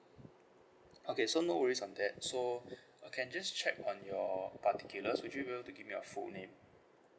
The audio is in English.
okay so no worries on that so I can just check on your particulars would you be able to give me your full name